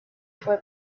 fue